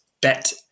bet